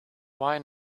why